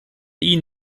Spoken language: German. ihnen